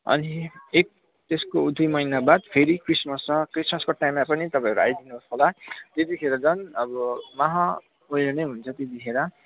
अनि एक त्यसको दुई महिनाबाद फेरि क्रिसमस छ क्रिसमसको टाइममा पनि तपाईँहरू आइदिनुहोस् होला त्यतिखेर झन अब महा उयो नै हुन्छ त्यतिखेर